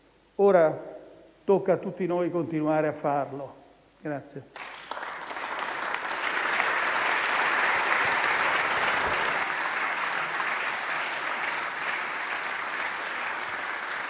Ora tocca a tutti noi continuare a farlo.